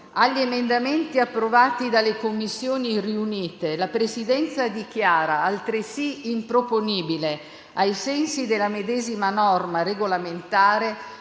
agli emendamenti approvati dalle Commissioni riunite, la Presidenza dichiara, altresì, improponibile, ai sensi della medesima norma regolamentare,